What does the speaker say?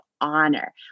honor